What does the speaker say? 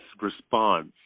response